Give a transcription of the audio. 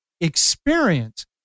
Experience